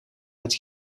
met